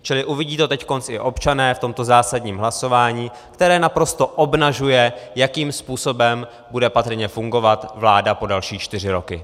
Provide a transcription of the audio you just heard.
Čili uvidí to teď i občané v tomto zásadním hlasování, které naprosto obnažuje, jakým způsobem bude patrně fungovat vláda po další čtyři roky.